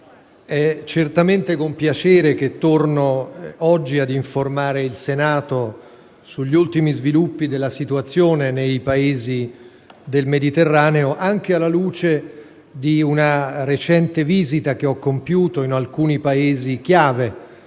è certamente con piacere che torno oggi a informare il Senato sugli ultimi sviluppi della situazione nei Paesi del Mediterraneo, anche alla luce di una recente visita che ho compiuto in alcuni Paesi chiave